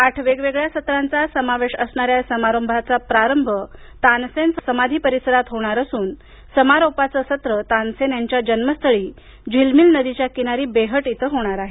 आठ वेगवेगळ्या सत्रांचा समावेश असणाऱ्या या समारोहाचा प्रारंभ तानसेन समाधी परिसरात होणार असून समारोपाचे सत्र तानसेन यांच्या जन्मस्थळी झिलमील नदीच्या किनारी बेह्ट इथं होणार आहे